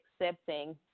accepting